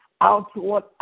outward